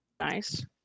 Nice